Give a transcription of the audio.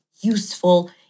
useful